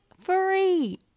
free